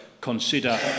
consider